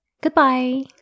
Goodbye